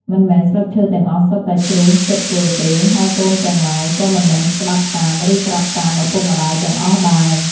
មិនមែនស្លឹកឈើទាំងអស់សុទ្ធតែជ្រុះជិតគល់ទេ ហើយកូនទាំងឡាយក៏មិនមែនស្ដាប់តាម ឬត្រាប់តាមឱពុកម្ដាយទាំងអស់ដែរ។